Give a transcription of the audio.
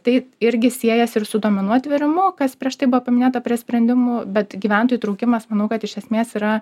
tai irgi siejas ir su duomenų atvėrimu kas prieš tai buvo paminėta prie sprendimų bet gyventojų įtraukimas manau kad iš esmės yra